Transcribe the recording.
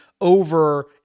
over